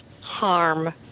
harm